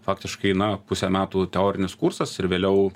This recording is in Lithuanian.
faktiškai na pusę metų teorinis kursas ir vėliau